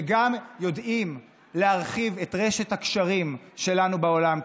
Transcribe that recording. וגם יודעים להרחיב את רשת הקשרים שלנו בעולם.